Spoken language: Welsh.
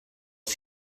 wyt